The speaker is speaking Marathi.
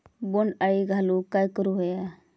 बोंड अळी घालवूक काय करू व्हया?